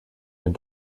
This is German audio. den